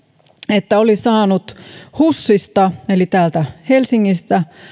että oli saanut husista eli täältä helsingistä